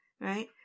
Right